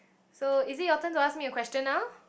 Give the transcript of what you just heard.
so is it your turn to ask me a question now